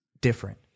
different